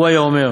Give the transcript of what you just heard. הוא היה אומר,